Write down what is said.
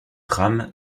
rames